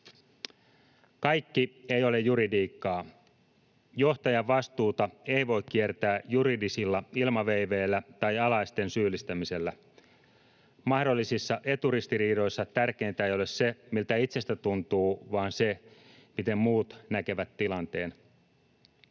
Kaikki ei ole juridiikkaa. Johtajan vastuuta ei voi kiertää juridisilla ilmaveiveillä tai alaisten syyllistämisellä. Mahdollisissa eturistiriidoissa tärkeintä ei ole se, miltä itsestä tuntuu, vaan se, miten muut näkevät tilanteen.